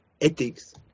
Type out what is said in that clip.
ethics